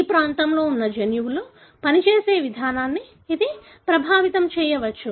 ఈ ప్రాంతంలో ఉన్న జన్యువులు పనిచేసే విధానాన్ని ఇది ప్రభావితం చేయవచ్చు